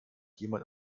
jemand